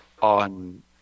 on